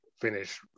finish